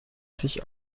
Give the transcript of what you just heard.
sich